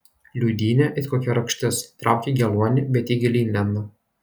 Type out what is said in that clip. liūdynė it kokia rakštis trauki geluonį bet ji gilyn lenda